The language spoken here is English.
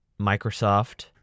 Microsoft